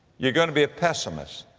you're going to be a pessimist.